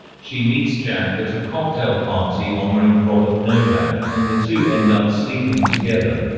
she meets jack at a cocktail party honoring robert novak, and the two end up sleeping together.